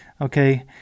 okay